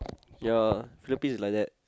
ya Philippines is like that